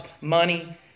money